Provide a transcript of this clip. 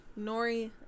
Nori